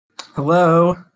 Hello